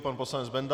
Pan poslanec Benda.